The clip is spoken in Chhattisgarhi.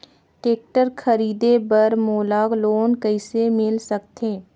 टेक्टर खरीदे बर मोला लोन कइसे मिल सकथे?